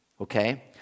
okay